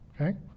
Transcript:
okay